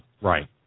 Right